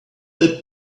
that